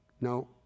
No